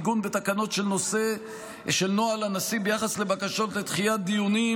עיגון בתקנות של נוהל הנשיא ביחס לבקשות לדחיית דיונים,